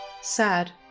sad